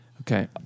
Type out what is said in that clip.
okay